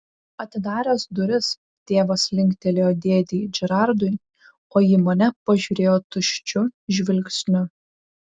atidaręs duris tėvas linktelėjo dėdei džerardui o į mane pažiūrėjo tuščiu žvilgsniu